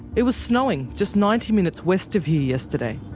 it was snowing just ninety minutes west of here yesterday.